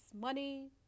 money